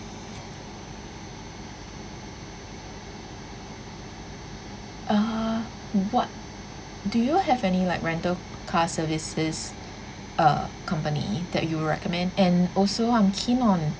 uh but do you have any like rental car services uh company that you recommend and also I'm keen on